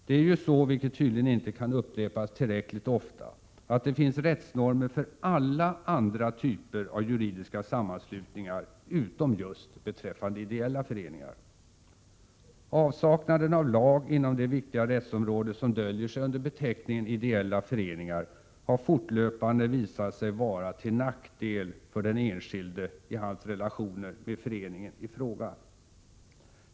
Det är ju så — vilket tydligen inte kan upprepas tillräckligt ofta — att det finns rättsnormer för alla' andra typer av juridiska sammanslutningar utom just beträffande ideella föreningar. Avsaknaden av lag inom det viktiga rättsområde som döljer sig under beteckningen ideella föreningar har fortlöpande visat sig vara till nackdel för den enskilde i hans relationer med föreningen i fråga.